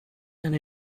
and